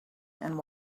and